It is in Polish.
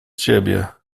ciebie